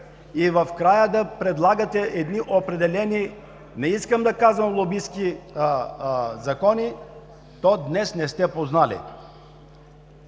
са в час, да предлагате едни определени – не искам да казвам лобистки – закони, то днес не сте познали.